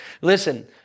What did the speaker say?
Listen